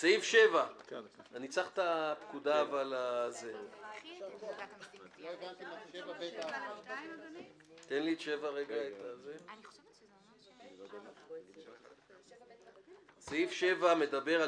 סעיף 7. סעיף 7 מדבר על